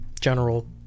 General